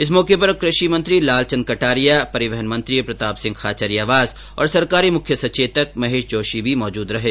इस मौके पर कृषि मंत्री लाल चंद कटारिया परिवहन मंत्री प्रताप सिंह खाचरियावास और सरकारी मुख्य सचेतक महेश जोशी भी मौजूद थे